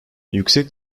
yüksek